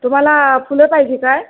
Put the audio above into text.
तुम्हाला फुलं पाहिजे काय